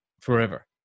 forever